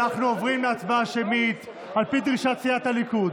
אנחנו עוברים להצבעה שמית על פי דרישת סיעת הליכוד.